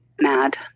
mad